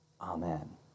Amen